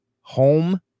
home